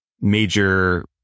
major